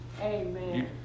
Amen